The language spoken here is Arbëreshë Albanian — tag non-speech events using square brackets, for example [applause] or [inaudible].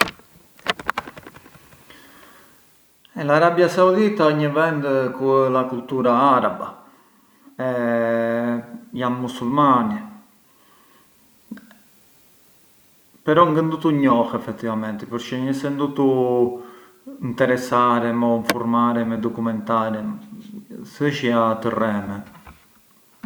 [noise] eh l’Arabia Saudita ë një vend te ku ë la cultura araba e jan musulmani però ngë ndutu njoh effettivamenti përçë ngë se ndutu nteresarem o nfurmarem e dokumentarem, thëshja të rreme.